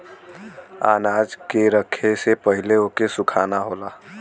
अनाज के रखे से पहिले ओके सुखाना होला